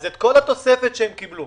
אז את כל התוספת שהם קיבלו